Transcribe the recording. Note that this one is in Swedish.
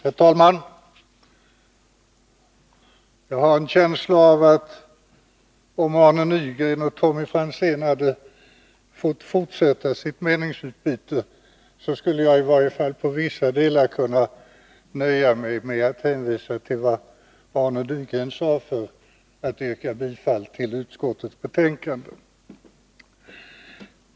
Herr talman! Jag har en känsla av att om Arne Nygren och Tommy Franzén hade fått fortsätta sitt meningsutbyte skulle jag, i varje fall i vissa delar, kunna nöja mig med att hänvisa till vad Arne Nygren sade för att yrka bifall till utskottets hemställan.